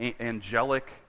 angelic